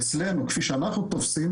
אצלנו כפי שאנחנו תופסים,